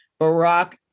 Barack